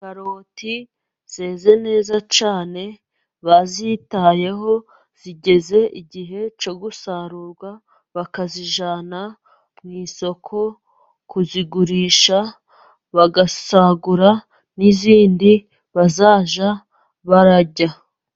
Karoti zeze neza cyane, bazitayeho zigeze igihe cyo gusarurwa, bakazijyana mu isoko kuzigurisha, bagasagura n'izindi bazajya barya.